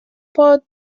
پات